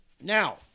Now